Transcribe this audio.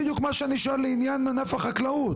וזה בדיוק מה שאני שואל לעניין ענף החקלאות.